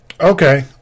Okay